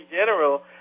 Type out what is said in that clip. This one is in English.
general